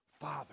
father